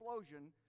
explosion